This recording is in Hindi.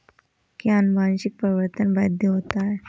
क्या अनुवंशिक परिवर्तन वैध होता है?